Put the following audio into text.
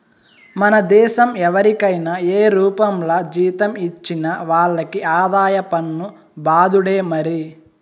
మన దేశం ఎవరికైనా ఏ రూపంల జీతం ఇచ్చినా వాళ్లకి ఆదాయ పన్ను బాదుడే మరి